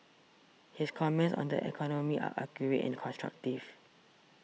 his comments on the economy are accurate and constructive